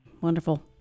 Wonderful